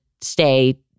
stay